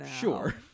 Sure